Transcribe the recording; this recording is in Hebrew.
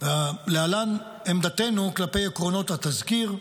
להלן עמדתנו כלפי עקרונות התזכיר: